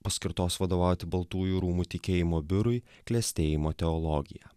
paskirtos vadovauti baltųjų rūmų tikėjimo biurui klestėjimo teologija